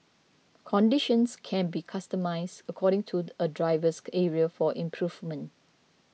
conditions can be customised according to a driver's area for improvement